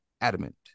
adamant